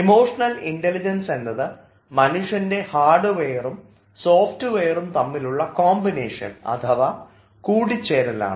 emotional intelligence എന്നത് മനുഷ്യൻറെ ഹാർഡ്വെയറും സോഫ്റ്റ്വെയറും തമ്മിലുള്ള കോമ്പിനേഷൻ അഥവാ കൂടിച്ചേരലാണ്